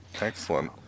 Excellent